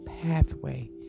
pathway